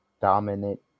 dominant